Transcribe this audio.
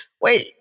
wait